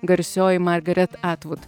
garsioji margaret atvut